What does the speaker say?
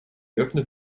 öffnet